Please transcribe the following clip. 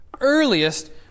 earliest